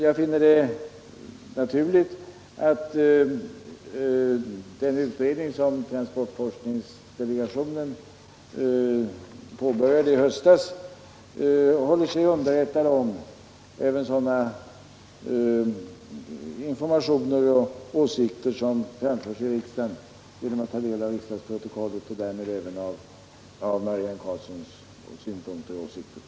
Jag finner det naturligt att den utredning som transportforskningsdelegationen påbörjade i höstas genom att studera riksdagsprotokollet håller sig underrättad om även sådana informationer och åsikter, som framförs i riksdagen, och därmed även får del av Marianne Karlssons synpunkter och uppfattningar i denna fråga.